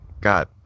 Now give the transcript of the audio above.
god